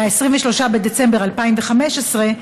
מ-23 בדצמבר 2015,